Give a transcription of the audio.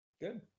Good